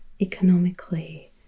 economically